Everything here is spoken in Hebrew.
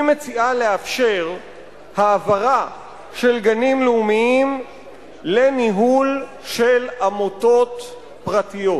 היא מציעה לאפשר העברה של גנים לאומיים לניהול של עמותות פרטיות.